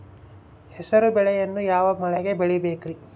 ಹೆಸರುಬೇಳೆಯನ್ನು ಯಾವ ಮಳೆಗೆ ಬೆಳಿಬೇಕ್ರಿ?